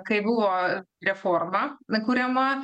kai buvo reforma na kuriama